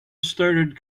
started